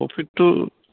প্ৰফিটটো